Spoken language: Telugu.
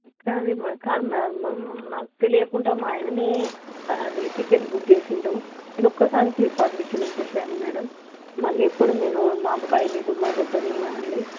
కానీ కాదు మ్యామ్ నాకు తెలియకుండా మా ఆయననే అది టికెట్లు బుక్ చేసాడు ఇది ఒక్కసారికి పర్మిషన్ ఇచ్చేసేయండి మేడమ్ మళ్ళీ ఎప్పుడు నేను మా అబ్బాయిని డుమ్మా కొట్టనివ్వను అండి